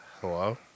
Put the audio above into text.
Hello